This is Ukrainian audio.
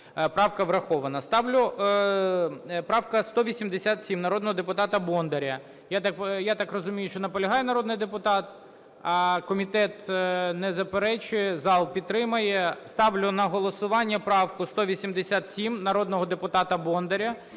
Правка врахована. Ставлю… Правка 187 народного депутата Бондаря. Я так розумію, що наполягає народний депутат? Комітет не заперечує, зал підтримує. Ставлю на голосування правку 187 народного депутата Бондаря